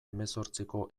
hemezortziko